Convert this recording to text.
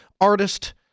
artist